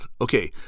Okay